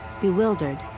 bewildered